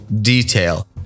detail